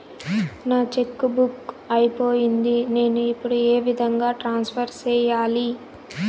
నా cheque book అయిపోయింది నేను ఇప్పుడు ఏ విధంగా ట్రాన్స్ఫర్ సేయాలి?